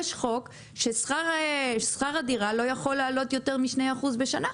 יש חוק ששכר הדירה לא יכול לעלות יותר מ-2% בשנה.